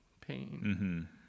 pain